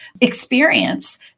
experience